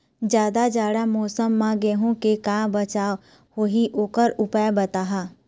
जादा जाड़ा मौसम म गेहूं के का बचाव होही ओकर उपाय बताहा?